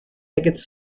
decades